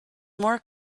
more